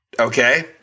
Okay